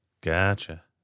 Gotcha